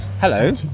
Hello